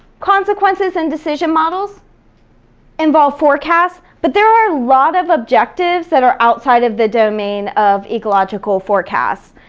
consequences and decision models involve forecast, but there are a lot of objectives that are outside of the domain of ecological forecasts.